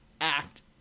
act